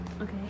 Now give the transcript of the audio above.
Okay